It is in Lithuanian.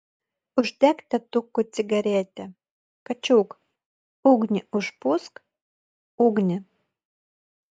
uždek tėtukui cigaretę kačiuk ugnį užpūsk ugnį